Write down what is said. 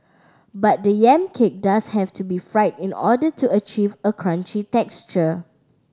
but the yam cake does have to be fried in order to achieve a crunchy texture